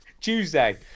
Tuesday